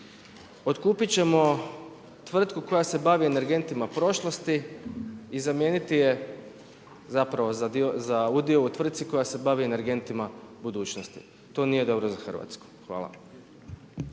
otkupiti ćemo tvrtku koja se bavi energentima prošlosti i zamijeniti je zapravo za udio u tvrtki koja se bavi energentima budućnost. To nije dobro za Hrvatsku, hvala.